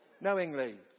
knowingly